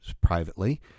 privately